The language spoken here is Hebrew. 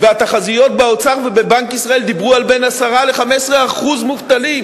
התחזיות באוצר ובבנק ישראל דיברו על בין 10% ל-15% מובטלים,